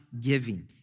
giving